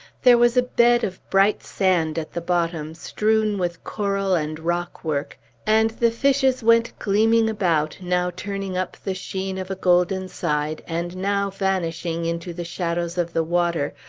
there was a bed of bright sand at the bottom, strewn with coral and rock-work and the fishes went gleaming about, now turning up the sheen of a golden side, and now vanishing into the shadows of the water,